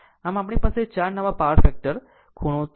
આમ આપણી પાસે ચાર નવા પાવર ફેક્ટર ખૂણો 18